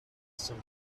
some